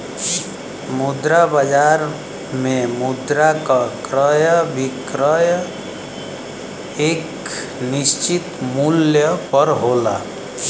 मुद्रा बाजार में मुद्रा क क्रय विक्रय एक निश्चित मूल्य पर होला